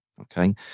okay